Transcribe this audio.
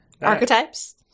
archetypes